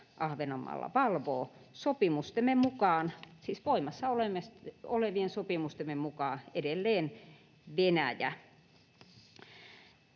Ahvenanmaalla valvoo sopimustemme mukaan, siis voimassa olevien sopimustemme mukaan, edelleen Venäjä.